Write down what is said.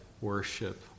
worship